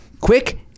quick